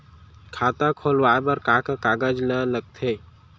खाता खोलवाये बर का का कागज ल लगथे?